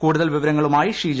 കൂടുതൽ വിവരങ്ങളുമായി ഷ്ട്രീജ